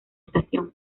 estación